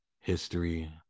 history